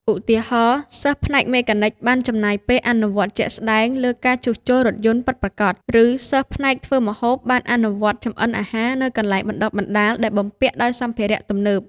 ឧទាហរណ៍ សិស្សផ្នែកមេកានិកបានចំណាយពេលអនុវត្តជាក់ស្តែងលើការជួសជុលរថយន្តពិតប្រាកដ ឬសិស្សផ្នែកធ្វើម្ហូបបានអនុវត្តចម្អិនអាហារនៅកន្លែងបណ្តុះបណ្តាលដែលបំពាក់ដោយសម្ភារៈទំនើប។